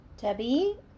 Debbie